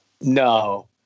No